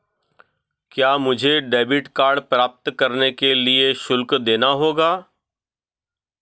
क्या मुझे debit card प्राप्त करने के लिए शुल्क देना होगा?